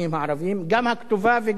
גם הכתובה וגם האלקטרונית.